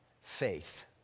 faith